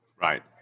Right